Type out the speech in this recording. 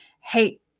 hey